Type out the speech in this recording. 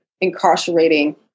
incarcerating